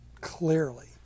Clearly